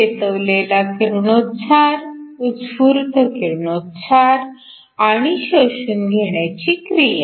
चेतवलेला किरणोत्सार उत्स्फूर्त किरणोत्सार आणि शोषून घेण्याची क्रिया